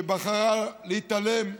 שבחרה להתעלם,